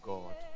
God